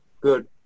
good